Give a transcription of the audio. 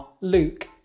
Luke